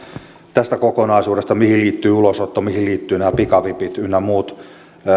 tästä kokonaisuudesta mihin liittyy ulosotto mihin liittyvät nämä pikavipit ynnä muut